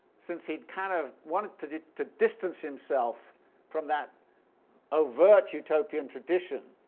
since he kind of wanted to to distance himself from that overt utopian tradition